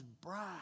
bride